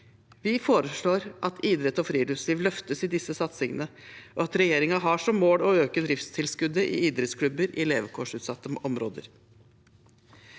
Vi foreslår at idrett og friluftsliv løftes i disse satsingene, og at regjeringen har som mål å øke driftstilskuddet til idrettsklubber i levekårsutsatte områder.